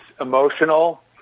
emotional